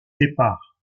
sépare